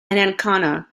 ancona